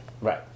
Right